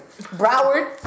Broward